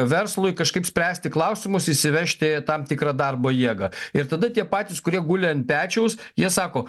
verslui kažkaip spręsti klausimus įsivežti tam tikrą darbo jėgą ir tada tie patys kurie guli ant pečiaus jie sako